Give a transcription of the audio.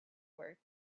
work